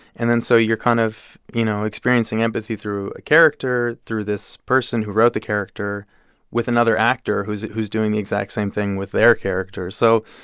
and then so you're kind of, you know, experiencing empathy through a character, through this person who wrote the character with another actor, who's who's doing the exact same thing with their character. so,